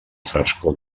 frescor